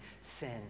sin